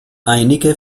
einige